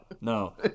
no